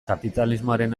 kapitalismoaren